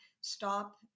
stop